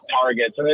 targets